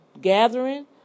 gathering